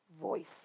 voice